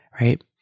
right